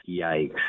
Yikes